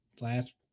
last